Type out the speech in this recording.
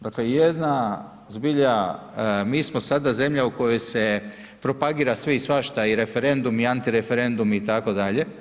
Dakle, jedna zbilja, mi smo sada zemlja u kojoj se propagira sve i svašta i referendum i antireferendum itd.